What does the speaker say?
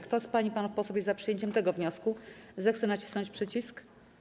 Kto z pań i panów posłów jest za przyjęciem tego wniosku, zechce nacisnąć przycisk.